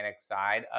side